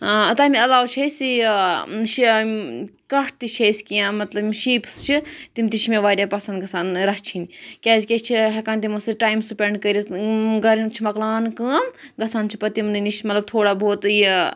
ٲں تَمہِ علاوٕ چھِ اسہِ یہِ ٲں یِم کَٹھ تہِ چھِ اسہِ کیٚنٛہہ مطلب یِم شیٖپٕس چھِ تِم تہِ چھِ مےٚ واریاہ پَسنٛد گَژھان رَچھِنۍ کیٛازِکہِ أسۍ چھِ ہیٚکان تِمن سۭتۍ ٹایم سپیٚنٛڈ کٔرِتھ چھِ مۄکلاوان کٲم گژھان چھِ پَتہٕ تِمنٕے نِش مطلب تھوڑا بہت یہِ ٲں